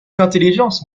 d’intelligence